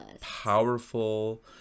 powerful